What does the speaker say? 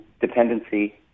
dependency